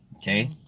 Okay